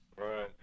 Right